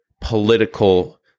political